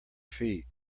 feet